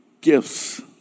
gifts